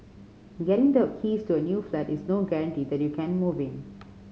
getting the keys to a new flat is no guarantee that you can move in